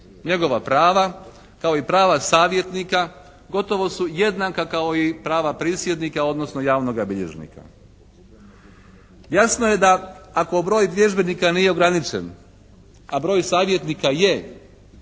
Njegova prava kao i prava savjetnika gotovo su jednaka kao i prava prisjednika odnosno javnoga bilježnika. Jasno je da ako broj vježbenika nije ograničen, a broj savjetnika je